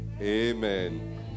amen